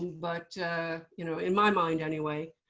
but you know in my mind anyway,